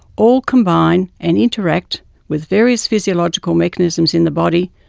all combine and interact with various physiological mechanisms in the body,